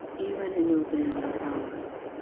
even in your daylight hours.